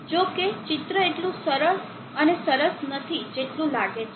જો કે ચિત્ર એટલું સરસ અને સરળ નથી જેટલું લાગે છે